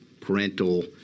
parental